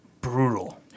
brutal